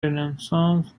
renaissance